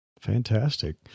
Fantastic